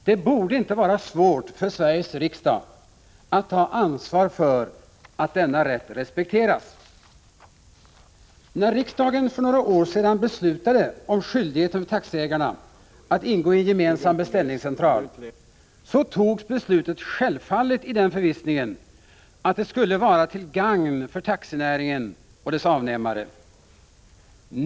Det borde inte vara svårt för Sveriges riksdag att ta ansvar för att denna rätt respekteras. När riksdagen för några år sedan beslutade om skyldigheten för taxiägarna att ingå i en gemensam beställningscentral så togs beslutet självfallet i den förvissningen att detta skulle vara till gagn för taxinäringen och dess avnämare.